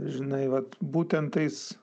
žinai vat būtent tais